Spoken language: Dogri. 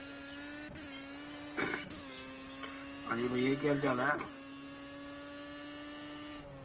आं जी भइया केह् हाल चाल ऐ